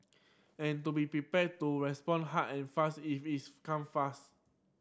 and to be prepared to respond hard and fast if it come fast